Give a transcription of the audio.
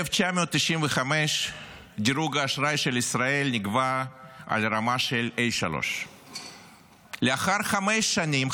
ב-1995 דירוג האשראי של ישראל נקבע על רמה של A3. לאחר חמש שנים,